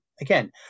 again